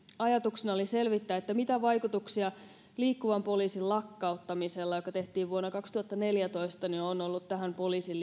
ajatuksena oli selvittää mitä vaikutuksia liikkuvan poliisin lakkauttamisella joka tehtiin vuonna kaksituhattaneljätoista on ollut tähän poliisin